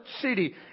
city